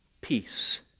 Peace